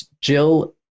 Jill